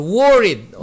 worried